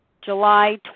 July